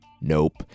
nope